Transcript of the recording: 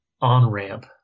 on-ramp